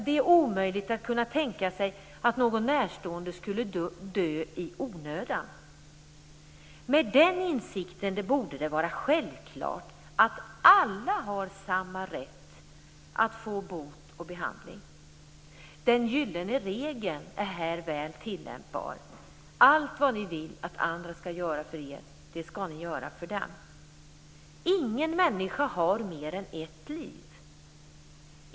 Det är omöjligt att tänka sig att någon närstående skulle dö i onödan. Med den insikten borde det vara självklart att alla har samma rätt att få bot och behandling. Den gyllene regeln är här väl tillämpbar. Allt vad ni vill att andra skall göra för er, det skall ni göra för dem. Ingen människa har mer än ett liv.